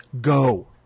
Go